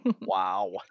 Wow